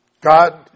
God